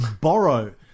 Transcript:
borrow